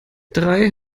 drei